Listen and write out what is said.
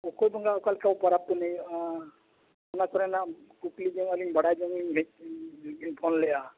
ᱚᱠᱚᱭ ᱵᱚᱸᱜᱟ ᱚᱠᱟ ᱞᱮᱠᱟ ᱵᱚᱱ ᱯᱚᱨᱚᱵᱽ ᱯᱩᱱᱟᱹᱭᱚᱜᱼᱟ ᱚᱱᱟ ᱠᱚᱨᱮᱱᱟᱜ ᱠᱩᱠᱞᱤ ᱡᱚᱝ ᱟᱹᱞᱤᱧ ᱵᱟᱰᱟᱭ ᱡᱚᱝ ᱞᱤᱧ ᱦᱮᱡ ᱯᱷᱳᱱ ᱞᱮᱜᱼᱟ